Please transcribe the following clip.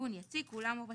הארגון היציג, כולם או חלקם,